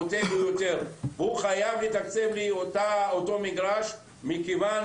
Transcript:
הוא חייב לתקצב את אותו מגרש מכיוון